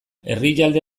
herrialde